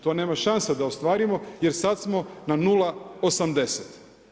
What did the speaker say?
To nema šanse da ostvarimo jer sad smo na 0,80.